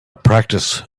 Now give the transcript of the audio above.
practice